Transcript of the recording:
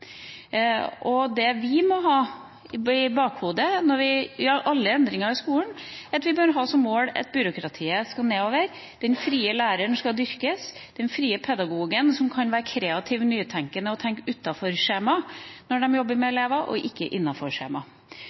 Det vi må ha i bakhodet ved alle endringer i skolen, er at vi bør ha som mål at byråkratiet skal reduseres, og at den frie læreren skal dyrkes – den frie pedagogen som kan være kreativ, nytenkende og tenke utenfor skjemaet når de jobber med elever, ikke innenfor skjemaet.